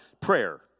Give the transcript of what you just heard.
prayer